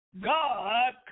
God